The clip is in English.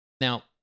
Now